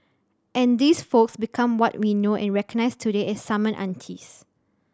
and these folks become what we know and recognise today as summon aunties